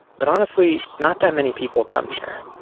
but honestly, not that many people come here.